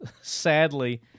Sadly